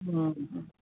आम् आम्